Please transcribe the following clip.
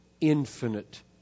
infinite